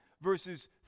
verses